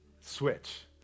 switch